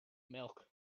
milk